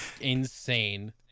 insane